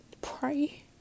pray